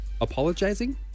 apologizing